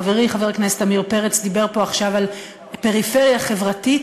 חברי חבר הכנסת עמיר פרץ דיבר פה עכשיו על פריפריה חברתית,